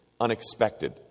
unexpected